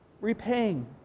repaying